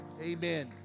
Amen